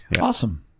awesome